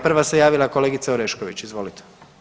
Prva se javila kolegica Orešković, izvolite.